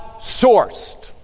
sourced